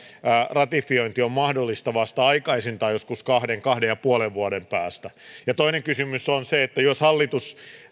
ratifiointi on mahdollista vasta aikaisintaan joskus kaksi viiva kaksi pilkku viiden vuoden päästä toinen kysymys on se että jos hallitus